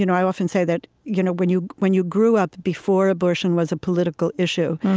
you know i often say that you know when you when you grew up before abortion was a political issue,